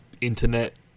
internet